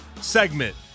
segment